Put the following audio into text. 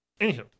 Anywho